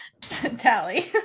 Tally